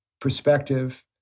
perspective